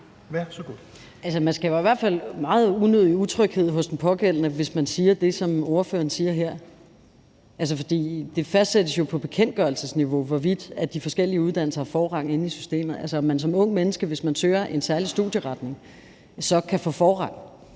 Altså, man skaber i hvert fald meget unødig utryghed hos den pågældende, hvis man siger det, som ordføreren siger her. For det fastsættes jo på bekendtgørelsesniveau, hvorvidt de forskellige uddannelser har forrang inde i systemet, altså om man som ungt menneske, hvis man søger en særlig studieretning, så kan få forrang.